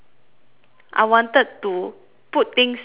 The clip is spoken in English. I wanted to put things to an end